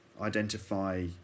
identify